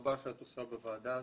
הרבה שאת עושה בוועדה הזו.